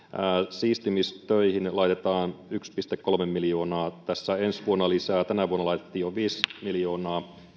siistimistöihin laitetaan yksi pilkku kolme miljoonaa ensi vuonna lisää tänä vuonna laitettiin jo viisi miljoonaa